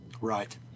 right